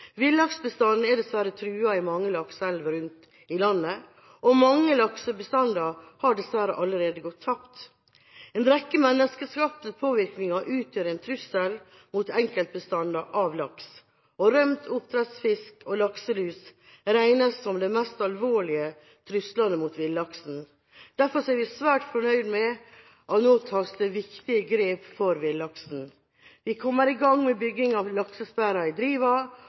Villaksbestanden er dessverre truet i mange lakseelver rundt om i landet, og mange laksebestander har dessverre allerede gått tapt. En rekke menneskeskapte påvirkninger utgjør en trussel mot enkeltbestander av laks. Rømt oppdrettsfisk og lakselus regnes som de mest alvorlige truslene mot villaksen. Derfor er vi svært fornøyd med at det nå tas viktige grep for villaksen. Vi kommer i gang med bygging av laksesperre i Driva,